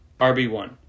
RB1